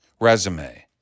resume